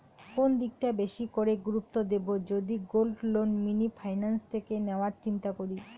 কোন দিকটা বেশি করে গুরুত্ব দেব যদি গোল্ড লোন মিনি ফাইন্যান্স থেকে নেওয়ার চিন্তা করি?